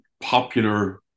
popular